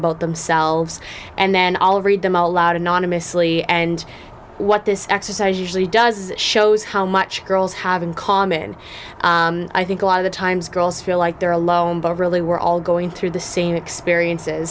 about themselves and then i'll read them aloud anonymously and what this exercise usually does it shows how much girls have in common i think a lot of the times girls feel like they're alone but really we're all going through the same experiences